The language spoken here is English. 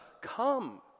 come